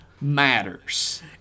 matters